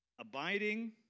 abiding